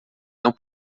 não